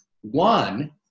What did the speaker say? one